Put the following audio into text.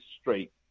straight